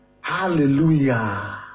Hallelujah